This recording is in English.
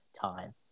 time